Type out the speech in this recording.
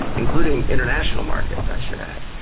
including international markets, i should add.